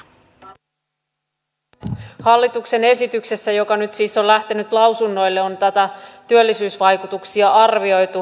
tässä hallituksen esityksessä joka nyt siis on lähtenyt lausunnoille on näitä työllisyysvaikutuksia arvioitu